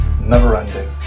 never-ending